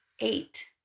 Eight